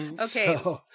Okay